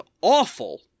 awful